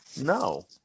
No